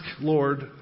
Lord